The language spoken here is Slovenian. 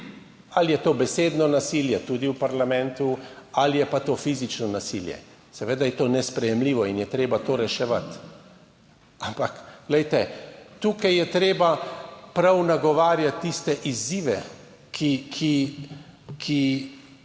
Ali je to besedno nasilje, tudi v parlamentu, ali je pa to fizično nasilje, seveda je to nesprejemljivo in je treba to reševati. Ampak glejte, tukaj je treba prav nagovarjati tiste izzive, ki